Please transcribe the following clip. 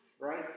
right